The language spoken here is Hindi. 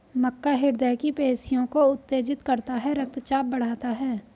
मक्का हृदय की पेशियों को उत्तेजित करता है रक्तचाप बढ़ाता है